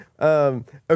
Okay